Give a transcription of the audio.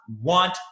want